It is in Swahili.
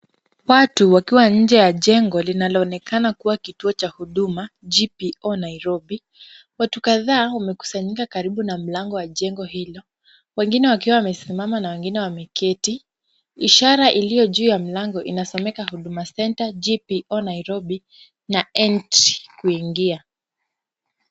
Watu wakiwa nje ya jengo linaloonekana kuwa kituo huduma GPO Nairobi. Watu kadhaa wamekusanyika karibu na mlango wa jengo hilo wengine wakiwa wamesimama na wengine wameketi. Ishara iliyo juu ya mlango inasomeka huduma center GPO Nairobi na entry , kuingia.